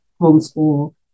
homeschool